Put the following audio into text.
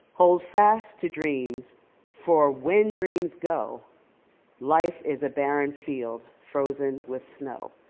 hold fast to dreams for when dreams go life is a barren field, frozen with snow.